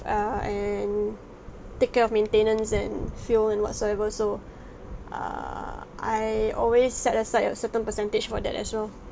err and take care of maintenance and fuel and whatsoever so err I always set aside a certain percentage for that as well